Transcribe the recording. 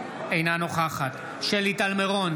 אינה נוכחת שלי טל מירון,